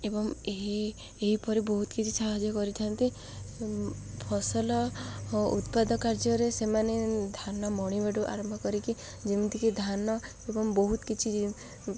ଏବଂ ଏହି ଏହିପରି ବହୁତ କିଛି ସାହାଯ୍ୟ କରିଥାନ୍ତି ଫସଲ ଉତ୍ପାଦ କାର୍ଯ୍ୟରେ ସେମାନେ ଧାନ ମଣିିବାଠୁ ଆରମ୍ଭ କରିକି ଯେମିତିକି ଧାନ ଏବଂ ବହୁତ କିଛି